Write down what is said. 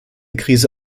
krise